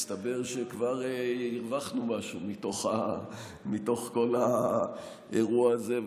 מסתבר שכבר הרווחנו משהו מתוך כל האירוע הזה,